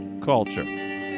Culture